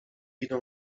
idą